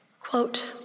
Quote